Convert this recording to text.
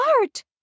art